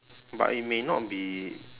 but it may not be